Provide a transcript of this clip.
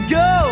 go